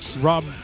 Rob